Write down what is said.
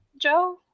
joe